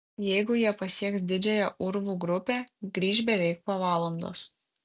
jeigu jie pasieks didžiąją urvų grupę grįš beveik po valandos